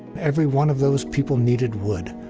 every one of those people needed wood.